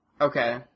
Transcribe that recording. Okay